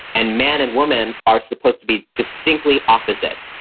and men and women are supposed to be distinctly opposites.